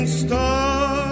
star